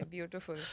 Beautiful